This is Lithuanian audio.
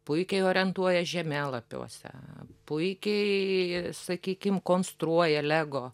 puikiai orientuojas žemėlapiuose puikiai sakykim konstruoja lego